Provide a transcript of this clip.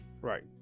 right